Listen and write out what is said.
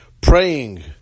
praying